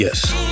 Yes